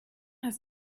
hast